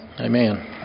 Amen